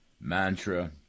mantra